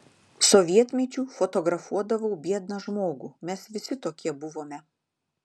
sovietmečiu fotografuodavau biedną žmogų mes visi tokie buvome